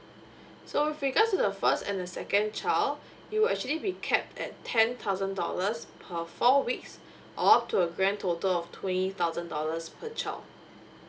so with regards to the first and the second child it will actually be capped at ten thousand dollars per four weeks or up to a grand total of twenty thousand dollars per child